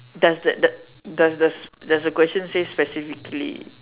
does that does does this the question say specifically